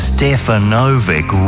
Stefanovic